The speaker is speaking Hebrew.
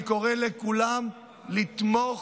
אני קורא לכולם לתמוך